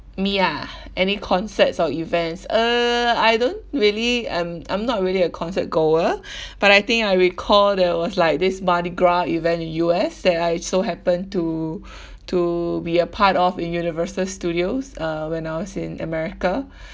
me ah any concerts or events uh I don't really um I'm not really a concert goer but I think I recall there was like this mardi gras event in U_S that I so happen to to be a part of in universal studios uh when I was in america